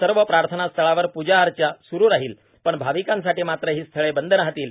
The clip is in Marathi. सर्व प्रार्थनास्थळांवर पूजा अर्चा स्रु राहील पण भाविकांसाठी मात्र ही स्थळे बंद राहतील